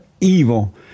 evil